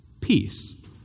peace